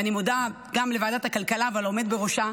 אני מודה גם לוועדת הכלכלה ולעומד בראשה,